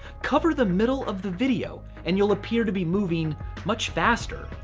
cover the middle of the video and you'll appear to be moving much faster.